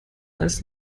als